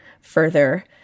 further